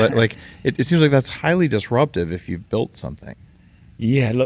but like it it seems like that's highly disruptive if you built something yeah. like